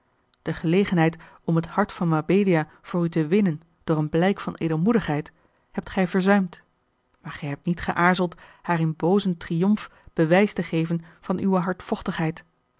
de gelegenheid om het hart van mabelia voor u te winnen door een blijk van edelmoedigheid hebt gij verzuimd maar gij hebt niet geaarzeld haar in boozen triomf bewijs te geven van uwe